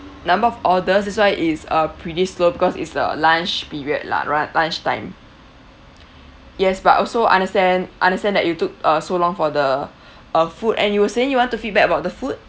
number of orders that's why it's uh pretty slow because it's the lunch period lah around lunchtime yes but also understand understand that it took uh so long for the uh food and you were saying you want to feedback about the food